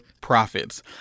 profits